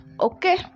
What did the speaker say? Okay